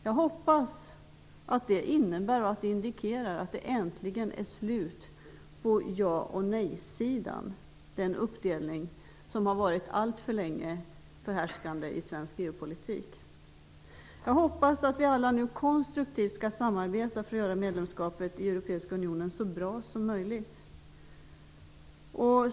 Jag hoppas att det innebär att det äntligen är slut på ja och nejsidan, den uppdelning som har varit alltför länge förhärskande i svensk EU politik. Jag hoppas att vi alla nu konstruktivt skall samarbeta för att göra medlemskapet i Europeiska unionen så bra som möjligt.